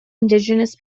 indigenous